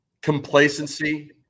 complacency